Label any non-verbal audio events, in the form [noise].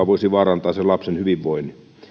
[unintelligible] voisi vaarantaa lapsen hyvinvoinnin